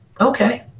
okay